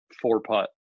four-putt